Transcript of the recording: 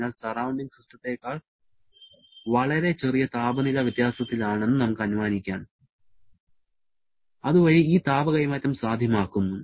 അതിനാൽ സറൌണ്ടിങ് സിസ്റ്റത്തേക്കാൾ വളരെ ചെറിയ താപനില വ്യത്യാസത്തിലാണ് എന്ന് അനുമാനിക്കാം അതുവഴി ഈ താപ കൈമാറ്റം സാധ്യമാക്കുന്നു